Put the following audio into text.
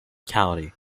county